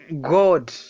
God